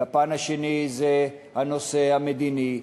הפן השני זה הנושא המדיני,